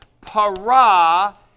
Para